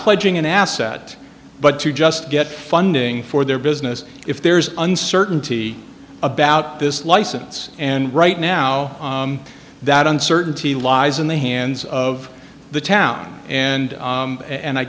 pledging an asset but to just get funding for their business if there's uncertainty about this license and right now that uncertainty lies in the hands of the town and and i